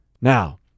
Now